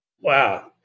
Wow